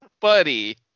Buddy